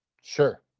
Sure